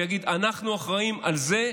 ויגיד: אנחנו אחראים לזה,